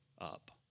up